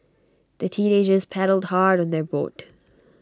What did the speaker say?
the teenagers paddled hard on their boat